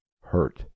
hurt